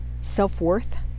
self-worth